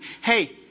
Hey